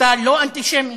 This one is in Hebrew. אתה לא אנטישמי